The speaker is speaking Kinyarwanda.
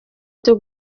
byo